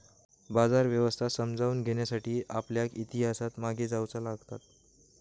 बाजार व्यवस्था समजावून घेण्यासाठी आपल्याक इतिहासात मागे जाऊचा लागात